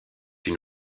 une